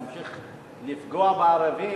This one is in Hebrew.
להמשיך לפגוע בערבים,